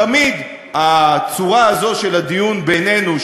תמיד הצורה הזאת של הדיון בינינו,